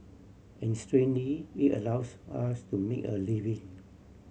and strangely it allows us to make a living